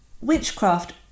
Witchcraft